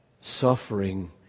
suffering